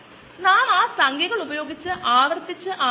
ഒന്ന് വളരെ ഉയർന്ന താപനില ഉപയോഗിക്കുക അതായത് ഒരു 120 121 ഡിഗ്രി ആയിരിക്കും